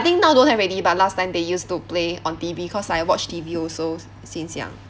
think now don't have already but last time they used to play on T_V because I watch T_V also since young